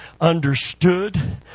Understood